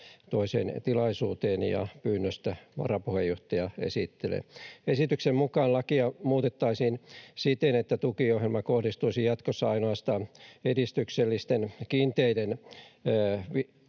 toiseen tilaisuuteen, ja pyynnöstä varapuheenjohtaja esittelee. Esityksen mukaan lakia muutettaisiin siten, että tukiohjelma kohdistuisi jatkossa ainoastaan edistyksellisten kiinteiden